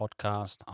Podcast